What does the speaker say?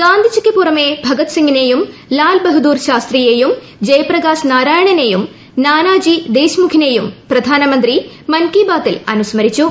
ഗാന്ധിജിക്ക് പുറമേ ഭഗത് സിംഗിനെയും ലാൽ ബഹദൂർ ശാസ്ത്രിയേയും ജയപ്രകാശ് നാരായണെയും നാനാജി ദേശ്മുഖിനെയും പ്രധാനമന്ത്രി മൻ കി ബാത്തിൽ അനുസ്മരിച്ചു